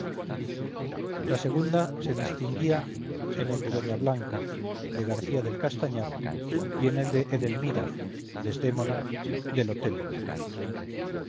la segunda se distinguía en el de doña blanca de garcía del castañar y en el de edelmira desdémona del otello